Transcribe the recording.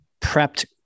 prepped